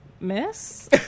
Miss